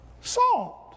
salt